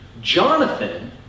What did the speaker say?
Jonathan